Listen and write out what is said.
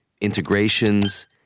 Integrations